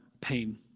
pain